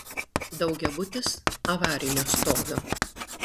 daugiabutis avarinio stovio